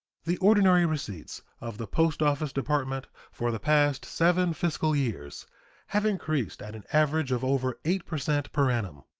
the ordinary receipts of the post-office department for the past seven fiscal years have increased at an average of over eight per cent per annum,